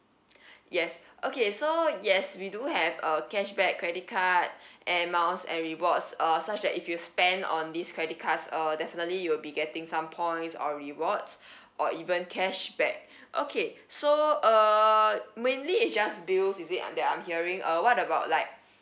yes okay so yes we do have uh cashback credit card air miles and rewards uh such that if you spend on this credit cards uh definitely you'll be getting some points or rewards or even cashback okay so uh mainly it's just bills is it um that I'm hearing uh what about like